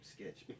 Sketch